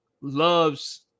loves